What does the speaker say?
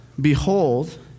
Behold